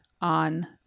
on